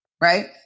Right